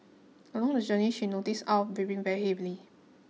along the journey she noticed Aw breathing very heavily